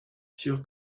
sûr